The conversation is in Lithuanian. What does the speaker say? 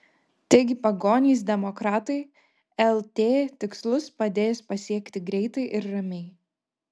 taigi pagonys demokratai lt tikslus padės pasiekti greitai ir ramiai